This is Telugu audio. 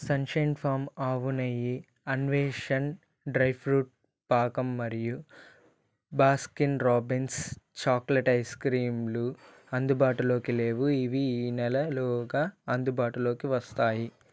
సన్షైన్ ఫార్మ్ ఆవు నెయ్యి అన్వేషణ్ డ్రై ఫ్రూట్ పాకం మరియు బాస్కిన్ రాబిన్స్ చాక్లెట్ ఐస్క్రీమ్లు అందుబాటులోకి లేవు ఇవి ఈ నెలలోగా అందుబాటులోకి వస్తాయి